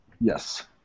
Yes